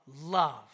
Love